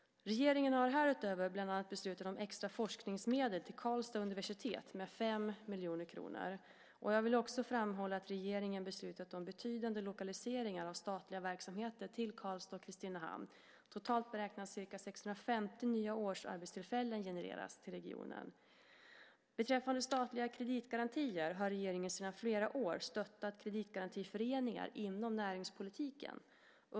Regeringen har härutöver bland annat beslutat om extra forskningsmedel till Karlstads universitet med 5 miljoner kronor. Jag vill också framhålla att regeringen beslutat om betydande lokaliseringar av statliga verksamheter till Karlstad och Kristinehamn. Totalt beräknas ca 650 nya årsarbetstillfällen genereras till regionen. Beträffande statliga kreditgarantier har regeringen sedan flera år stöttat kreditgarantiföreningar inom näringspolitiken.